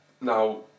Now